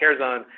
CareZone